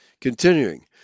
Continuing